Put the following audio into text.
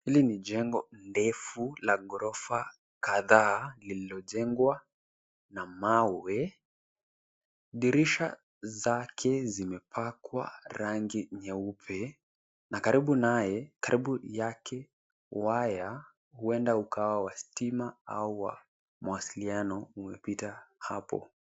Hili ni jengo ndefu la ghorofa kadhaa liliyojengwa na mawe. Dirisha zake zimepakwa rangi nyeupe na karibu naye karibu yake waya huenda ukawa wa stima au wa mawasiliano umepita hapo.